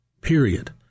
period